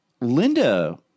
Linda